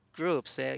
groups